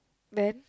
then